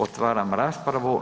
Otvaram raspravu.